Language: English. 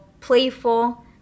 playful